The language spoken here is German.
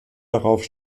darauf